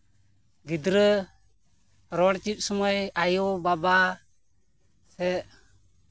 ᱜᱤᱫᱽᱨᱟᱹ ᱨᱚᱲ ᱪᱮᱫ ᱥᱩᱢᱟᱹᱭ ᱟᱭᱩ ᱵᱟᱵᱟ ᱥᱮ